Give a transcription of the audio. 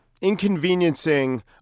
Inconveniencing